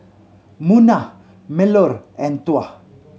Munah Melur and Tuah